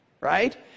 right